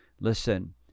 Listen